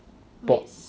bot